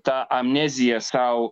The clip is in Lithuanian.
tą amneziją sau